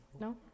no